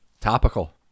topical